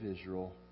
Israel